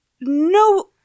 no